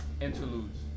interludes